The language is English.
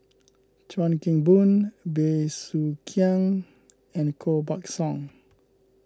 Chuan Keng Boon Bey Soo Khiang and Koh Buck Song